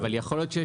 אבל יכול להיות,